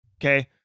Okay